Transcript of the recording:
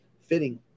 fitting